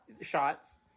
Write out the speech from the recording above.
Shots